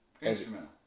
Instrumental